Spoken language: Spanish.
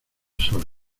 sol